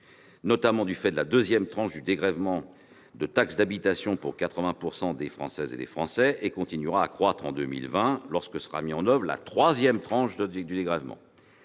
notamment du fait de la deuxième tranche du dégrèvement de taxe d'habitation pour 80 % des Françaises et des Français. Il continuera à croître en 2020, lorsque sera mise en oeuvre la troisième tranche du dégrèvement.